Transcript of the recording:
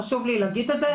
חשוב לי להגיד אותו.